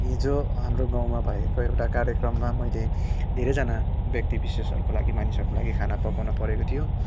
हिजो हाम्रो गाँउमा भएको एउटा कार्यक्रमामा मैले धेरैजना व्यक्ति विशेषहरूको लागि मानिसहरूको लागि खाना पकाउनु परेको थियो